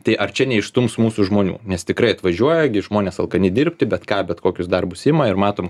tai ar čia neišstums mūsų žmonių nes tikrai atvažiuoja žmonės alkani dirbti bet ką bet kokius darbus ima ir matom